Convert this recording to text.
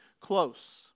close